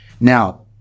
Now